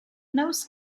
those